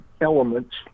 elements